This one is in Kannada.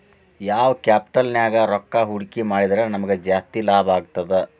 ಯಾವ್ ಕ್ಯಾಪಿಟಲ್ ನ್ಯಾಗ್ ರೊಕ್ಕಾ ಹೂಡ್ಕಿ ಮಾಡಿದ್ರ ನಮಗ್ ಜಾಸ್ತಿ ಲಾಭಾಗ್ತದ?